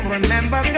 Remember